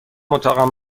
اتاقم